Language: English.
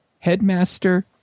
Headmaster